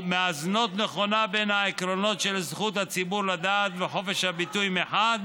מאזנות נכונה בין העקרונות של זכות הציבור לדעת וחופש הביטוי מחד